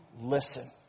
listen